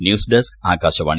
news desk Akashvani